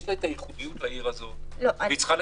יש הייחודיות לעיר הזאת, והיא צריכה לקבל.